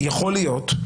יכול להיות,